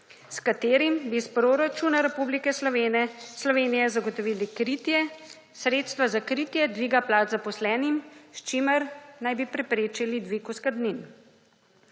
s katerim bi iz proračuna Republike Slovenije zagotovili sredstva za kritje dviga plač zaposlenim, s čimer naj bi preprečili dvig oskrbnin.